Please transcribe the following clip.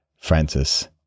Francis